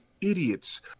idiots